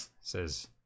Says